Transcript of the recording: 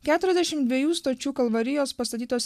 keturiasdešim dviejų stočių kalvarijos pastatytos